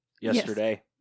yesterday